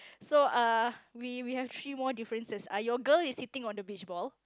so uh we we have three more differences are your girl is sitting on the beach boll